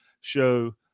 Show